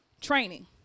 training